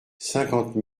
cinquante